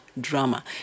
drama